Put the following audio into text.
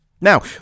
Now